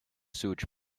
sewage